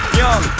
young